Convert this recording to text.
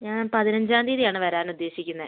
ഞാൻ പതിനഞ്ചാം തീയതിയാണ് വരാൻ ഉദ്ദേശിക്കുന്നത്